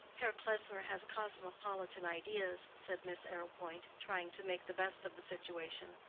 herr klesmer has cosmopolitan ideas, said miss arrowpoint, trying to make the best of the situation.